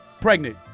Pregnant